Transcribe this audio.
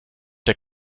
der